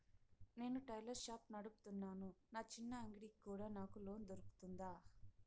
నేను tailor shop నడుపుతున్నాను, నా చిన్న అంగడి కి కూడా నాకు లోను దొరుకుతుందా?